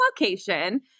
location